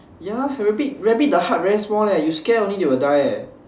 ya rabbit rabbit the heart very small leh you scare only they will die eh